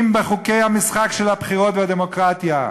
בחוקי המשחק של הבחירות והדמוקרטיה: